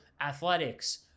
athletics